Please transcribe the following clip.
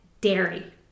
dairy